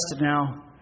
now